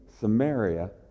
Samaria